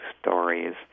stories